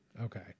Okay